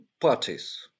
parties